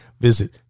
visit